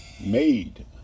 made